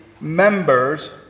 members